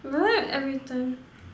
every time